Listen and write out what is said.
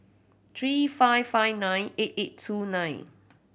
three five five nine eight eight two nine